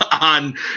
on